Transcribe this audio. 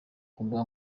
mbuga